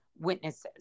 witnesses